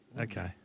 Okay